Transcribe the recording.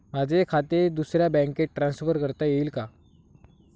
माझे खाते दुसऱ्या बँकेत ट्रान्सफर करता येईल का?